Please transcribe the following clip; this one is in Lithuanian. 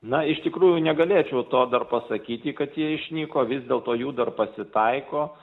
na iš tikrųjų negalėčiau to dar pasakyti kad jie išnyko vis dėlto jų dar pasitaiko